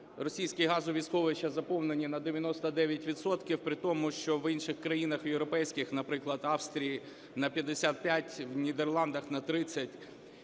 російські газові сховища заповнені на 99 відсотків, при тому що в інших країнах європейських, наприклад в Австрії - на 55, в Нідерландах – на 30.